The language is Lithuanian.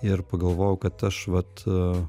ir pagalvojau kad aš vat